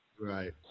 Right